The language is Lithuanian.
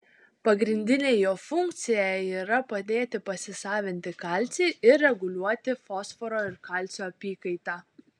pagrindinė jo funkcija yra padėti pasisavinti kalcį ir reguliuoti fosforo ir kalcio apykaitą